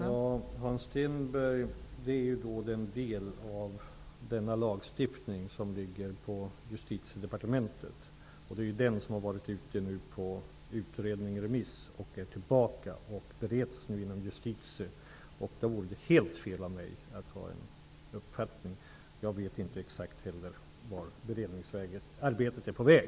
Fru talman! Det här handlar om den del av lagstiftningen som ligger på Justitiedepartementets område. Den delen har nu utretts och har varit ute på remiss, och ärendet bereds nu inom Justitiedepartementet. Det vore helt fel av mig att ha en uppfattning. Jag vet inte exakt vart beredningsarbetet är på väg.